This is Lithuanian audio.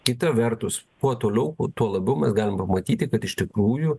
kita vertus kuo toliau tuo labiau mes galim pamatyti kad iš tikrųjų